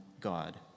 God